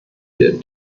der